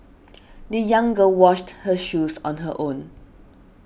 the young girl washed her shoes on her own